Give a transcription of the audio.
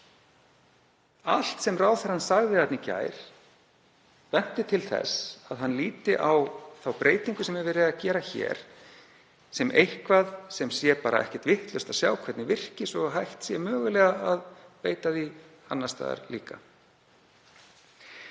Allt sem ráðherrann sagði í gær bendir til þess að hann líti á þá breytingu sem verið er að gera hér sem eitthvað sem sé bara ekkert vitlaust að sjá hvernig virki svo mögulega sé hægt að beita því annars staðar líka.